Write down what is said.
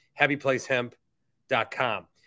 HappyPlaceHemp.com